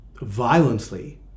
violently